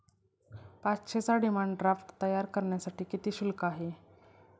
पाचशेचा demand draft तयार करण्यासाठी किती शुल्क आहे?